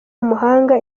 umuhanga